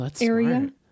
area